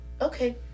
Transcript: Okay